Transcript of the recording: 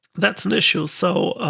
that's an issue. so